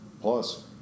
Plus